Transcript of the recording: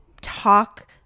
talk